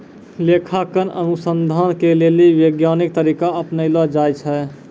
लेखांकन अनुसन्धान के लेली वैज्ञानिक तरीका अपनैलो जाय छै